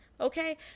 Okay